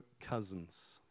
cousins